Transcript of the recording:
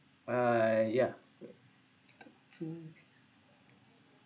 uh yeah think